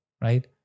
right